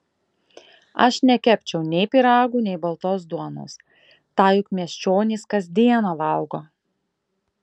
aš nekepčiau nei pyragų nei baltos duonos tą juk miesčionys kas dieną valgo